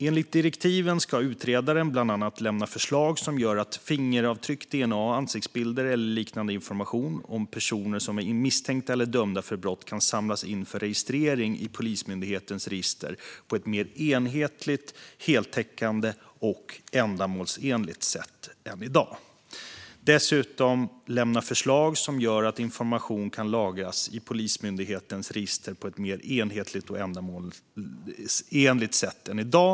Enligt direktiven ska utredaren bland annat lämna förslag som gör att fingeravtryck, dna, ansiktsbilder eller liknande information om personer som är misstänkta eller dömda för brott kan samlas in för registrering i Polismyndighetens register på ett mer enhetligt, heltäckande och ändamålsenligt sätt än i dag. Dessutom ska utredaren lämna förslag som gör att information kan lagras i Polismyndighetens register på ett mer enhetligt och ändamålsenligt sätt än i dag.